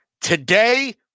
today